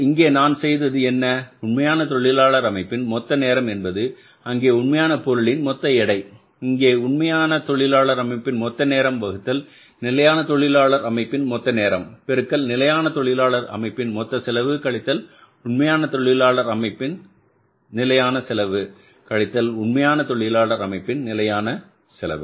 இங்கே நான் செய்தது என்ன உண்மையான தொழிலாளர் அமைப்பின் மொத்த நேரம் என்பது அங்கே உண்மையான பொருளின் மொத்த எடை இங்கே உண்மையான தொழிலாளர் அமைப்பின் மொத்த நேரம் வகுத்தல் நிலையான தொழிலாளர்கள் அமைப்பின் மொத்த நேரம் பெருக்கல் நிலையான தொழிலாளர் அமைப்பின் மொத்த செலவு கழித்தல் உண்மையான தொழிலாளர் அமைப்பு நிலையான செலவு கழித்தல் உண்மையான தொழிலாளர் அமைப்பின் நிலையான செலவு